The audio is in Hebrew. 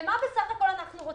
מה בסך הכול אנחנו רוצים?